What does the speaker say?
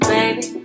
Baby